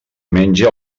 menge